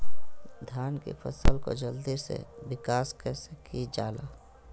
धान की फसलें को जल्दी से विकास कैसी कि जाला?